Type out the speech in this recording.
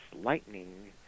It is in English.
lightning